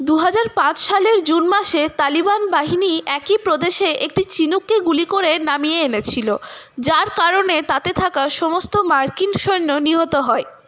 দুহাজার পাঁচ সালের জুন মাসে তালিবান বাহিনী একই প্রদেশে একটি চিনুককে গুলি করে নামিয়ে এনেছিলো যার কারণে তাতে থাকা সমস্ত মার্কিন সৈন্য নিহত হয়